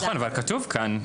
נכון אבל כתוב כאן.